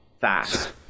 fast